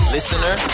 Listener